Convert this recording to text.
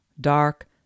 dark